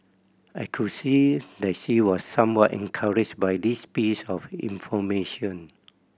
I could see that she was somewhat encouraged by this piece of information